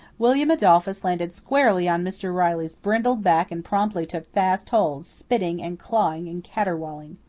william adolphus landed squarely on mr. riley's brindled back and promptly took fast hold, spitting and clawing and caterwauling.